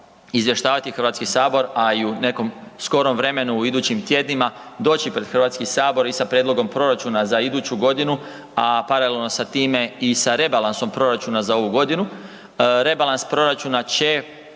izvještavati HS, a i u nekom skorom vremenu u idućim tjednima, doći u HS i sa prijedlogom proračuna za iduću godinu, a paralelno sa time i sa rebalansom proračuna za ovu godinu. Rebalans proračuna će